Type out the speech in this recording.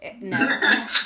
No